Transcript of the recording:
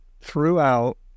throughout